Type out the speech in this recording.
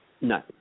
No